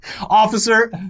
Officer